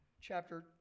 chapter